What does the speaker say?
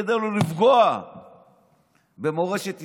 כדי לא לפגוע במורשת ישראל.